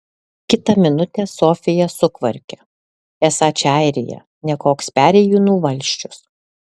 kitą minutę sofija sukvarkia esą čia airija ne koks perėjūnų valsčius